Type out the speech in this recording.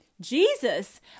Jesus